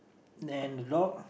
then the log